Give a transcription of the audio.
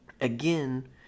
again